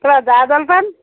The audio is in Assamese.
কিয় জা জলপান